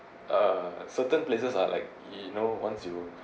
uh certain places are like you know once you